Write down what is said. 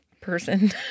person